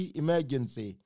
emergency